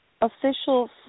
official